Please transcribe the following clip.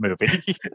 movie